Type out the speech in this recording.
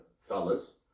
fellas